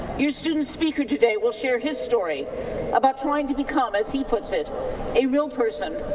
your student speaker today will share his story about trying to become as he puts it a real person,